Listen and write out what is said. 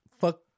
fuck